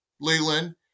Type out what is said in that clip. Leland